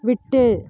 விட்டு